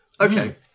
Okay